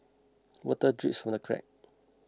water drips from the cracks